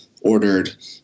ordered